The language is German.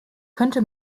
könnte